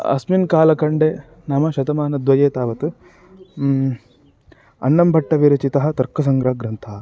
अस्मिन् कालखण्डे नाम शतमानद्वये तावत्अन्नंम्भट्टविरचितः तर्कसङ्ग्रहग्रन्थः